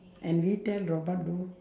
and we tell robot do